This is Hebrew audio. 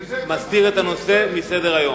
מסיר את הנושא מסדר-היום.